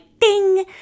ding